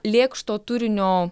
lėkšto turinio